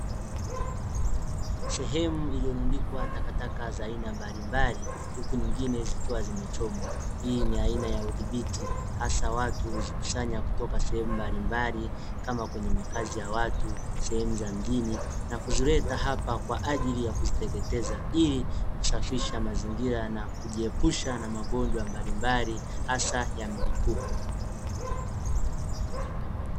Sehemu iliyorundikwa takataka za aina mbalimbali, huku nyingine zikiwa zimechomwa. Hii ni aina ya udhibiti hasa watu huzikusanya kutoka sehemu mbalimbali, kama kwenye makazi ya watu, sehemu za mjini na kuzileta hapa kwa ajili ya kuziteketeza, ili kusafisha mazingira na kujiepusha na magonjwa mbalimbali hasa ya milipuko.